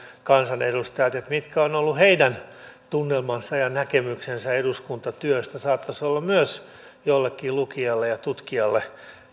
kansanedustajat mitkä ovat olleet heidän tunnelmansa ja näkemyksensä eduskuntatyöstä saattaisi olla myös jollekin lukijalle ja tutkijalle